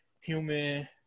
human